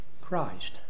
Christ